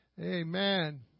Amen